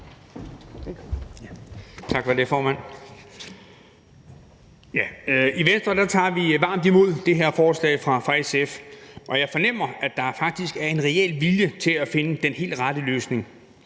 I Venstre tager vi varmt imod det her forslag fra SF, og jeg fornemmer, at der faktisk er en reel vilje til at finde den helt rette løsning,